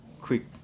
quick